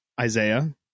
Isaiah